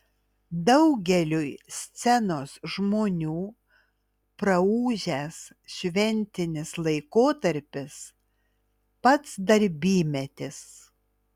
daugeliui scenos žmonių praūžęs šventinis laikotarpis pats darbymetis